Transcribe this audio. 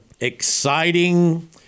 exciting